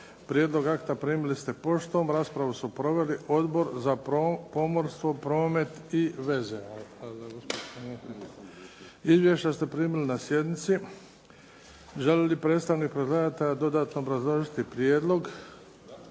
Prijedlog akta primili ste poštom. Raspravu su proveli Odbor za pomorstvo, promet i veze. Izvješća ste primili na sjednici. Želi li predstavnik predlagatelja dodatno obrazložiti prijedlog?